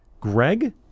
greg